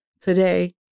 today